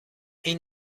این